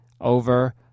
over